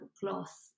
gloss